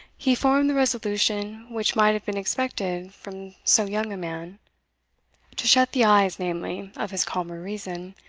he formed the resolution which might have been expected from so young a man to shut the eyes, namely, of his calmer reason,